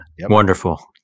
Wonderful